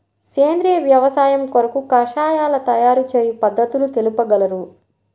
సేంద్రియ వ్యవసాయము కొరకు కషాయాల తయారు చేయు పద్ధతులు తెలుపగలరు?